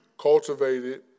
cultivated